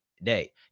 day